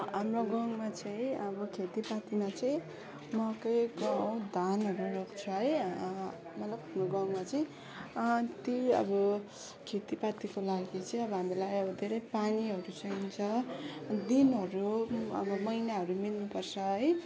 हाम्रो गाउँमा चाहिँ अब खेतीपातीमा चाहिँ मकै गहुँ धानहरू रोप्छ है मतलब हाम्रो गाउँमा चाहिँ त्यही अब खेतीपातीको लागि चाहिँ अब हामीलाई अब धेरै पानीहरू चाहिन्छ दिनहरू अब महिनाहरू मिल्नु पर्छ है